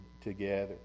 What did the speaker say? together